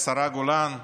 השרה גולן,